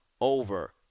over